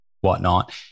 whatnot